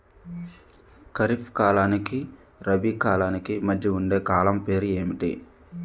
ఖరిఫ్ కాలానికి రబీ కాలానికి మధ్య ఉండే కాలం పేరు ఏమిటి?